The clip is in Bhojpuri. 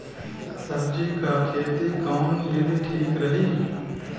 सब्जी क खेती कऊन विधि ठीक रही?